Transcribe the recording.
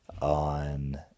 on